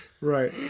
Right